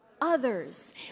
Others